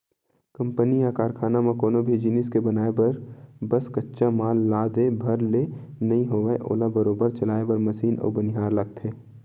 company या कारखाना म कोनो भी जिनिस के बनाय बर बस कच्चा माल ला दे भर ले नइ होवय ओला बरोबर चलाय बर मसीन अउ बनिहार लगथे